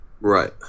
Right